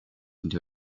into